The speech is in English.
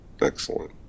Excellent